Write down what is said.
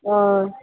हय